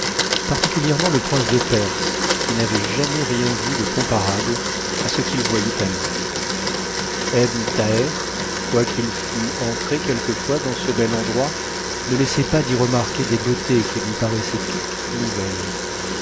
ièrement te prince de perse qui n'avait jamais rien vu de comparable à ce qu'il voyait alors ebn l'haher quoiqu'il mf entré quelquefois dans ce bel endroit ne laissait pas d'y remarquer des beautés qui lui paraissaient toutes nouvelles